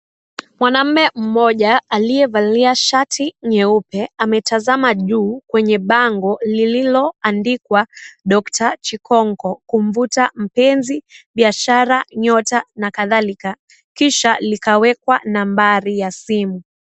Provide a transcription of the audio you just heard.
Mwanaume, mmoja, aliyevalia shati, nyeupe ametazama juu, kwenye bango, lililoandikwa (cs)doctor(cs)Chikonko, kumvuta mpenzi, biashara, nyota, na katharika, kisha likawekwa nambari ya simu.